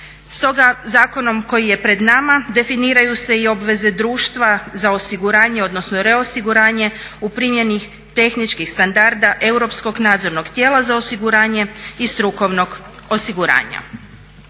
Stoga zakonom koji je pred nam definiraju se i obveze društva za osiguranje odnosno reosiguranje u promjeni tehničkih standarda europskog nadzornog tijela za osiguranje i strukovnog osiguranja.